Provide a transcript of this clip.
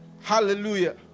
Hallelujah